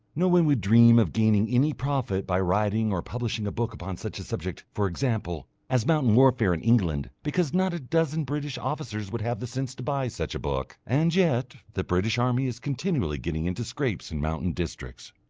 no one would dream of gaining any profit by writing or publishing a book upon such a subject, for example, as mountain warfare in england, because not a dozen british officers would have the sense to buy such a book, and yet the british army is continually getting into scrapes in mountain districts.